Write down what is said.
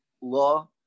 law